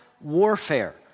warfare